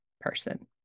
person